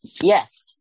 yes